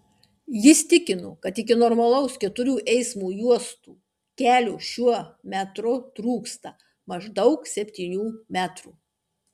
jis tikino kad iki normalaus keturių eismo juostų kelio šiuo metru trūksta maždaug septynių metrų